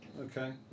Okay